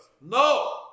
No